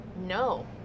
no